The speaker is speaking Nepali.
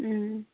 अँ